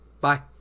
Bye